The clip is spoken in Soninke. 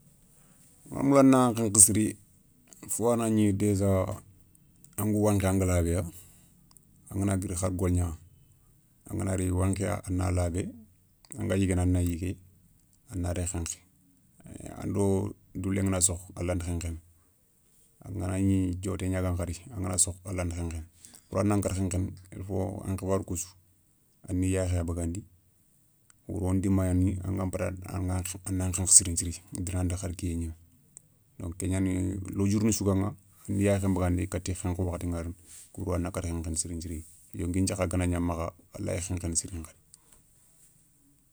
Anga moula a nan khenkhe siri fo a na gni déjà anga wankhi anga labé angana guiri hari golgna angana ri wankhi ya a na labé, anga yiguéne ana yigué, a na daga khenkhe ando doulé ngana sokhou a lanta khenkhéné. ganagni dioté gna gaηa khadi angana sokhou a lanta khenkhéné. Pourra nan kata khenkhéné il faut an khibarou kou sou a ni yaakhé ya bagandi. Wouro ndima gnani anga patanti a na khenkhé sirin thiri dinanta har kiyé gnimé donc kégnani lodjourni sou gaηan a ni yaakhé bagandi katta khenkhe wakhati nga riini kou do a na katta khenkhéné sirin nthiri yonki nthiaha gana gna makha a lay khenkhene siri.